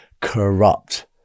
corrupt